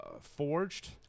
forged